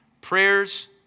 Prayers